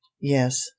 yes